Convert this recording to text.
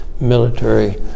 military